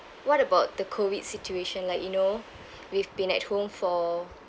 what about the COVID situation like you know we've been at home for